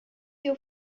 your